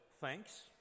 thanks